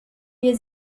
wir